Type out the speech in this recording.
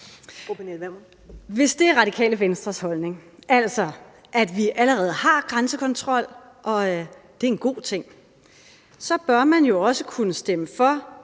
Hvis det er Det Radikale Venstres holdning, altså at vi allerede har grænsekontrol, og det er en god ting, så bør man jo også kunne stemme for